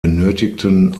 benötigten